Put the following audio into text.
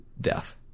death